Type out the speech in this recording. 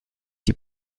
die